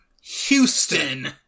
Houston